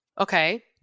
okay